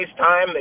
FaceTime